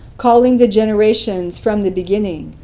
calling the generations from the beginning?